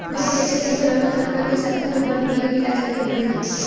भेड़ के अच्छा देखभाल अउरी खानपान के साथे साथे, बर बीमारी के इलाज करे के पड़ेला